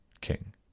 king